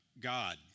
God